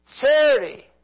charity